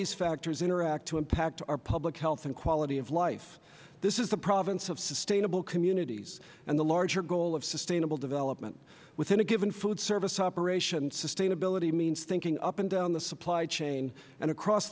these factors interact to impact our public health and quality of life this is the province of sustainable communities and the larger goal of sustainable development within a given food service operation sustainability means thinking up and down the supply chain and across